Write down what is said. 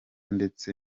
ndetse